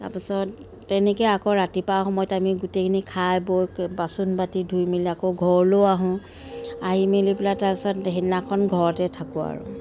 তাৰপাছত তেনেকৈ আকৌ ৰাতিপুৱাৰ সময়ত আমি গোটেইখিনি খাই বৈ বাচন বাতি ধুই মেলি আকৌ ঘৰলৈও আহোঁ আহি মেলি পেলাই তাৰপিছত সেইদিনাখন ঘৰতে থাকোঁ আৰু